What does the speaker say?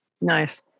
Nice